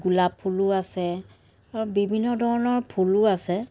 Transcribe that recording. গোলাপ ফুলো আছে আৰু বিভিন্ন ধৰণৰ ফুলো আছে